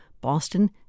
Boston